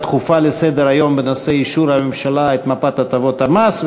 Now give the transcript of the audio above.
דחופה לסדר-היום בנושא: אישור הממשלה את מפת הטבות המס,